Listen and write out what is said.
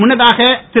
முன்னதாக திரு